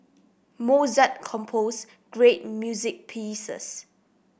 Mozart composed great music pieces